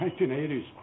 1980's